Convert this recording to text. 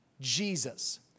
Jesus